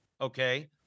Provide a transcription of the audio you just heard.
okay